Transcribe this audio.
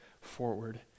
forward